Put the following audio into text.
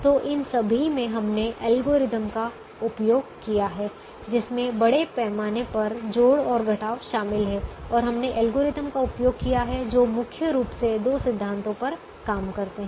तो इन सभी में हमने एल्गोरिदम का उपयोग किया है जिसमें बड़े पैमाने पर जोड़ और घटाव शामिल हैं और हमने एल्गोरिदम का उपयोग किया है जो मुख्य रूप से दो सिद्धांतों पर काम करते हैं